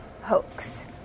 hoax